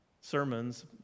sermons